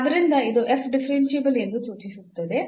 ಆದ್ದರಿಂದ ಇದು ಡಿಫರೆನ್ಸಿಬಲ್ ಎಂದು ಸೂಚಿಸುತ್ತದೆ